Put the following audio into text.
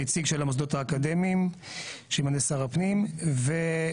נציג של המוסדות האקדמיים שימנה שר הפנים וועדת